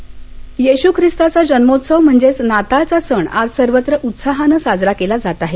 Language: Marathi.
नाताळ येशू ख्रिस्ताघ्या जन्मोत्सव म्हणजेच नाताळचा सण आज सर्वत्र उत्साहानं साजरा केला जात आहे